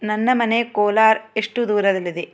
ನನ್ನ ಮನೆ ಕೋಲಾರ ಎಷ್ಟು ದೂರದಲ್ಲಿದೆ